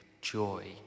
joy